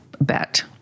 bet